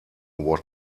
what